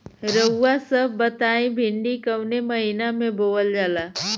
रउआ सभ बताई भिंडी कवने महीना में बोवल जाला?